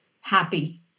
happy